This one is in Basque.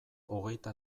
hogeita